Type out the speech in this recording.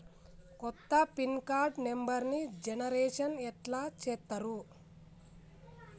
కొత్త pin card నెంబర్ని generation ఎట్లా చేత్తరు?